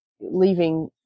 leaving